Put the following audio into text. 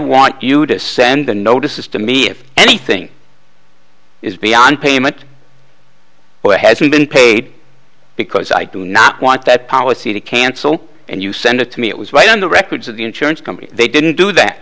want you to send the notices to me if anything is beyond payment but has he been paid because i do not want that policy to cancel and you send it to me it was right on the records of the insurance company they didn't do that